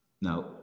Now